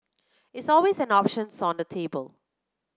it's always an options on the table